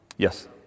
Yes